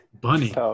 Bunny